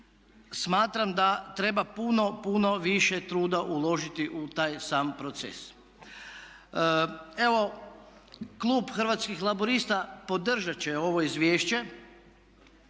smatram da treba puno, puno više truda uložiti u taj sam proces. Evo klub Hrvatski laburista podržati će ovo izvješće.